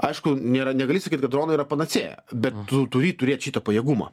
aišku nėra negali sakyti kad dronai yra panacėja bet tu turi turėt šitą pajėgumą